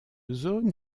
zone